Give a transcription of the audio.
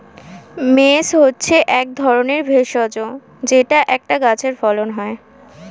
mace হচ্ছে এক ধরনের ভেষজ যেটা একটা গাছে ফলন হয়